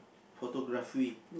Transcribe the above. photography